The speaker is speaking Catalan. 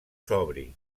sobri